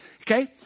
Okay